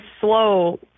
slow